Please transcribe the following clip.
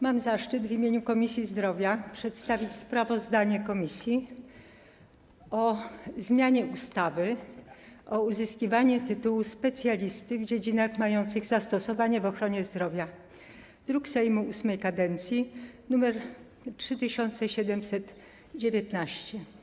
Mam zaszczyt w imieniu Komisji Zdrowia przedstawić sprawozdanie komisji o projekcie ustawy o zmianie ustawy o uzyskiwaniu tytułu specjalisty w dziedzinach mających zastosowanie w ochronie zdrowia, druk Sejmu VIII kadencji nr 3719.